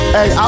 Hey